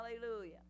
Hallelujah